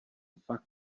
fakt